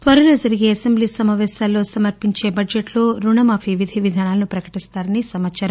త్వరలో జరిగే అసెంబ్లీ సమాపేశాల్లో సమర్పించే బడ్లెట్ లో రుణమాఫీ విధివిధానాలను ప్రకటిస్తారని సమాచారం